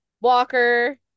Walker